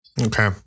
Okay